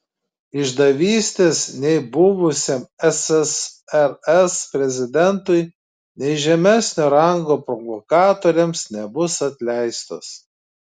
išdavystės nei buvusiam ssrs prezidentui nei žemesnio rango provokatoriams nebus atleistos